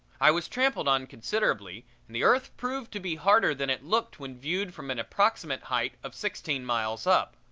i was tramped on considerably, and the earth proved to be harder than it looked when viewed from an approximate height of sixteen miles up,